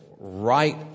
right